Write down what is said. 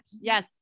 Yes